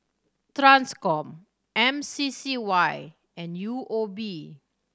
Transcom M C C Y and U O B